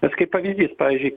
bet kaip pavyzdys pavyzdžiui